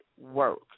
work